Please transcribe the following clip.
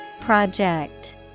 Project